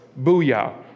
Booyah